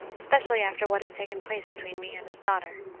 especially after what has taken place between me and his daughter.